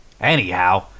Anyhow